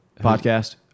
podcast